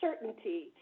certainty